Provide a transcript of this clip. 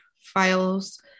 files